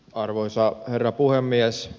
arvoisa herra puhemies